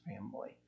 family